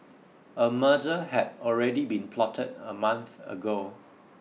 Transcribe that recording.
a murder had already been plotted a month ago